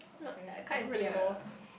not uh kind ya